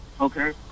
Okay